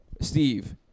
Steve